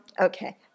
Okay